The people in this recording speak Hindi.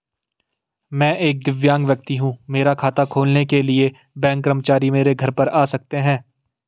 मैं एक दिव्यांग व्यक्ति हूँ मेरा खाता खोलने के लिए बैंक कर्मचारी मेरे घर पर आ सकते हैं?